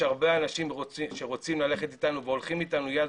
יש הרבה אנשים שרוצים ללכת אתנו והולכים אתנו יד